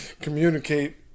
communicate